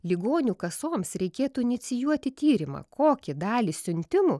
ligonių kasoms reikėtų inicijuoti tyrimą kokį dalį siuntimų